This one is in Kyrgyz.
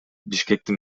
бишкектин